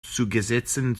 zugesetzten